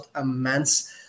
immense